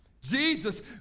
Jesus